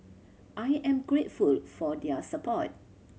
I am grateful for their support